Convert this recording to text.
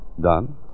Done